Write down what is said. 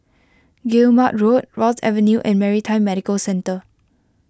Guillemard Road Ross Avenue and Maritime Medical Centre